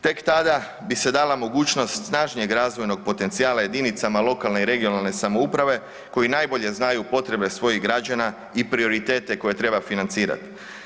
Tek tada bi se dala mogućnost snažnijeg razvojnog potencijala jedinica lokalne i regionalne samouprave koji najbolje znaju potrebe svojih građana i prioritete koje treba financirati.